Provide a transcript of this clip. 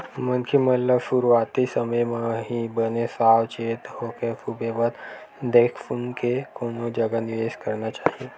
मनखे मन ल सुरुवाती समे म ही बने साव चेत होके सुबेवत देख सुनके कोनो जगा निवेस करना चाही